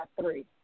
three